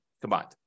combined